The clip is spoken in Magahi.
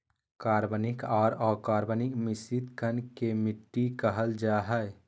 कार्बनिक आर अकार्बनिक मिश्रित कण के मिट्टी कहल जा हई